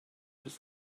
its